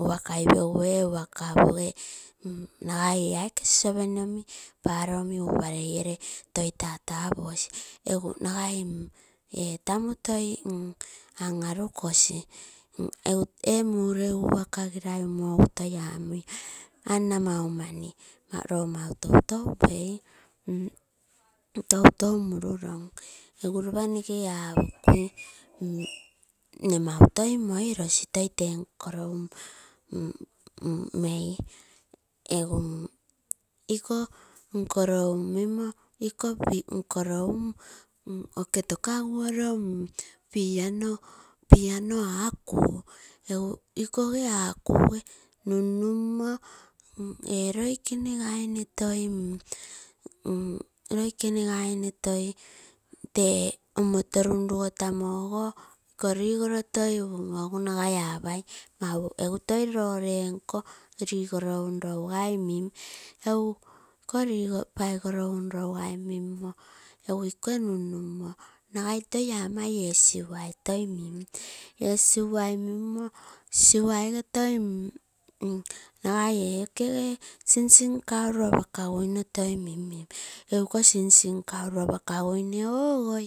Work kai pegu nne opoge nagai ee aike plate omi paroo upalei gere toi tatapuasi. Egu nagai ee tamuu toi an arukosi, egu ee mureugu work girai umo egu toi amui ana maumani, loo mautou tou pei, toitou murulom egu ropa nege apokui nne mau toi moirosi toi tee nkoro mei. Egu iko nkoro un mimo koroo un oke takaguoro piano akuu, egu igikoge aku gee nun-nun moo ee loikenegei nee toi tee omoto nun nugotamo ogo ikoo rigolo tee ligoro upumo egu nagai ama mau egu toi nagai anai mau egu toi nagai loo rigoro min oo. Egu ikoo paigoro um toi rougai mimo nun nagai. Nagai to ama ee siwai toi mim egu siwai mimoolagai ee singsing kaul apakaguno toi minmin. Egu ikoo singsing kaul apakaguine egu